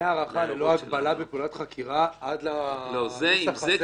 מהארכה ללא הגבלה בפעולת חקירה עד לנוסח הזה,